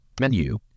menu